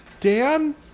dan